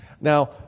now